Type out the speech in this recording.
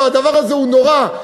והדבר הזה הוא נורא,